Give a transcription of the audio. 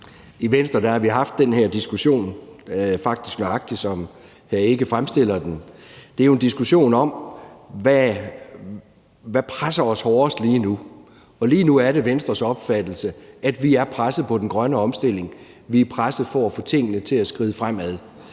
I Venstre har vi haft den her diskussion, faktisk nøjagtig som hr. Søren Egge Rasmussen fremstiller den. Det er jo en diskussion om, hvad der presser os hårdest lige nu. Og lige nu er det Venstres opfattelse at vi er presset på den grønne omstilling. Vi er presset for at få tingene til at skride fremad.